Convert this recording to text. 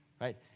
right